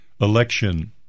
election